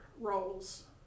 roles